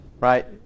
right